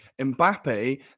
Mbappe